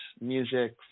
music